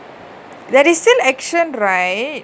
there is still action right